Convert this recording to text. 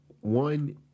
one